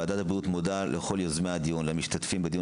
ועדת הבריאות מודה לכל יוזמי הדיון ולמשתתפים בדיון